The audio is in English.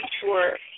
sure